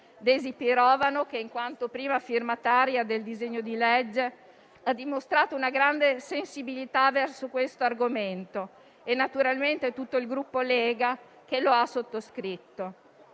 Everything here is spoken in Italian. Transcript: Daisy Pirovano, che, in quanto prima firmataria del disegno di legge, ha dimostrato una grande sensibilità verso questo argomento, e naturalmente tutto il Gruppo Lega, che lo ha sottoscritto.